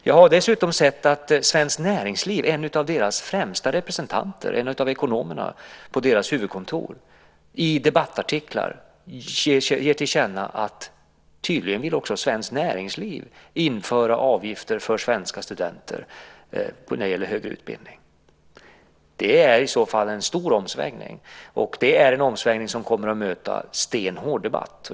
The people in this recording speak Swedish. Jag har dessutom sett att en av Svenskt Näringslivs främsta representanter, en av ekonomerna på deras huvudkontor, i debattartiklar ger till känna att Svenskt Näringsliv tydligen också vill införa avgifter för svenska studenter när det gäller högre utbildning. Det är i så fall en stor omsvängning och en omsvängning som kommer att möta en stenhård debatt.